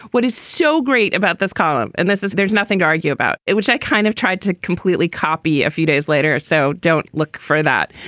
what is so great about this column and this is there's nothing to argue about it, which i kind of tried to completely copy a few days later. so don't look for that